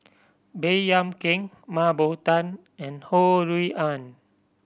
Baey Yam Keng Mah Bow Tan and Ho Rui An